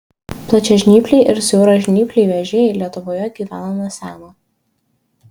plačiažnypliai ir siauražnypliai vėžiai lietuvoje gyvena nuo seno